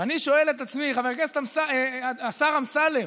ואני שואל את עצמי, השר אמסלם,